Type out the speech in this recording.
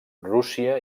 rússia